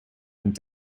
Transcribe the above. and